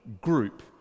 group